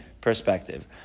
perspective